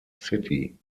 city